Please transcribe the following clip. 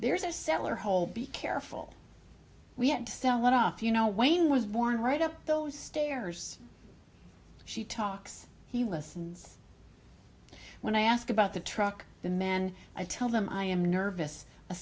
a cellar hole be careful we had to sell it off you know wayne was born right up those stairs she talks he listens when i ask about the truck the man i tell them i am nervous a